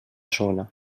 zona